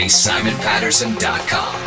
simonpatterson.com